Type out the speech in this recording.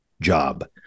job